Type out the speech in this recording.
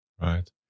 right